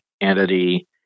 entity